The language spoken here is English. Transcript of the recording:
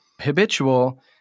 habitual